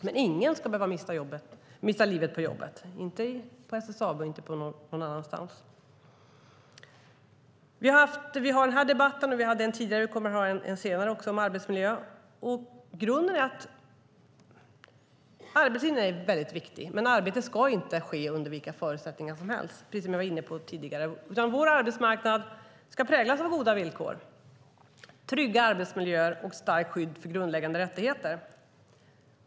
Men ingen ska behöva mista livet på jobbet - inte på SSAB och inte någon annanstans. Vi har den här debatten om arbetsmiljö, har haft en tidigare och kommer att ha en senare också. Grunden är att arbetsrutinerna är mycket viktiga. Men arbetet ska inte ske under vilka förutsättningar som helst, som jag var inne på tidigare. Vår arbetsmarknad ska präglas av goda villkor, trygga arbetsmiljöer och ett starkt skydd för grundläggande rättigheter.